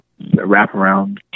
wraparound